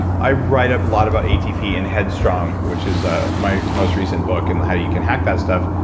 and i write up a lot about atp in headstrong which is ah my my most recent book and how you can have that stuff.